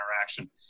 interaction